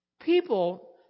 people